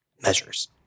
measures